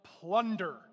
plunder